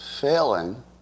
failing